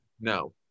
no